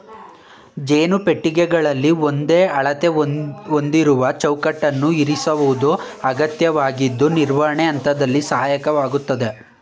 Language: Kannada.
ಜೇನು ಪೆಟ್ಟಿಗೆಗಳಲ್ಲಿ ಒಂದೇ ಅಳತೆ ಹೊಂದಿರುವ ಚೌಕಟ್ಟನ್ನು ಇರಿಸೋದು ಅಗತ್ಯವಾಗಿದ್ದು ನಿರ್ವಹಣೆ ಹಂತದಲ್ಲಿ ಸಹಾಯಕವಾಗಯ್ತೆ